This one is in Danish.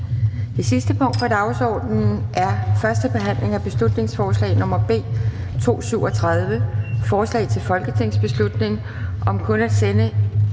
Det sidste punkt på dagsordenen er: 18) 1. behandling af beslutningsforslag nr. B 237: Forslag til folketingsbeslutning om kun at sende